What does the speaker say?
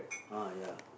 ah ya